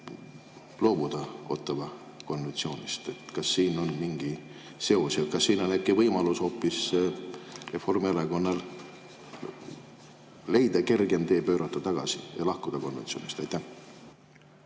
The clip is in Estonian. loobuda Ottawa konventsioonist. Kas siin on mingi seos? Kas siin on äkki võimalus hoopis Reformierakonnal leida kergem tee, pöörata tagasi ja lahkuda konventsioonist? Aitäh,